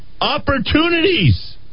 Opportunities